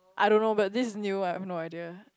I don't know but this is new I've no idea